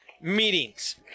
meetings